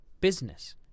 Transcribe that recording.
business